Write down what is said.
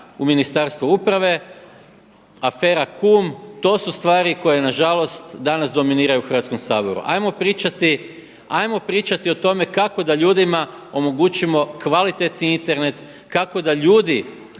u Ministarstvo uprave, afera „kum“ to su stvari koje nažalost danas dominiraju u Hrvatskom saboru. Ajmo pričati, ajmo pričati o tome kako da ljudima omogućimo kvalitetni Internet, kako da ljudi